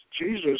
Jesus